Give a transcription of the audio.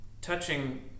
touching